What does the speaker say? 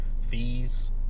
fees